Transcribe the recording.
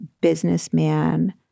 businessman